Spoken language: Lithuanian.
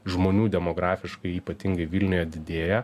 žmonių demografiškai ypatingai vilniuje didėja